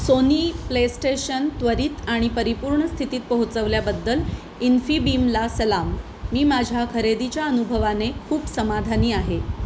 Sony PlayStation त्वरित आणि परिपूर्ण स्थितीत पोहोचवल्याबद्दल इन्फीबीमला सलाम मी माझ्या खरेदीच्या अनुभवाने खूप समाधानी आहे